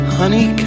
honey